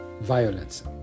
violence